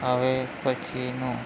હવે પછીનું